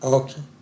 okay